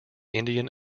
indian